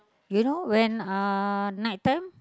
you know when uh night time